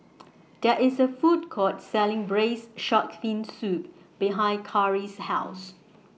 There IS A Food Court Selling Braised Shark Fin Soup behind Khari's House